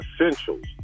essentials